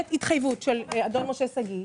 יש התחייבות של אדון משה שגיא,